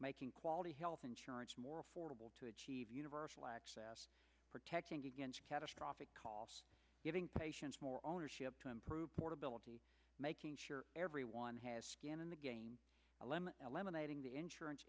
making quality health insurance more affordable to achieve universal access protecting catastrophic costs giving patients more ownership to improve portability making sure everyone has skin in the game eliminating the insurance